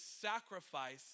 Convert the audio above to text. sacrifice